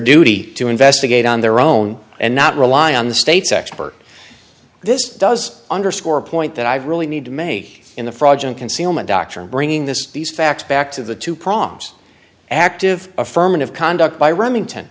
duty to investigate on their own and not rely on the state's expert this does underscore a point that i really need to make in the fraudulent concealment doctrine bringing this these facts back to the two prongs active affirmative conduct by reming